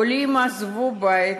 העולים עזבו בית,